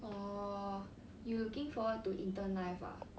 orh you looking forward to intern life ah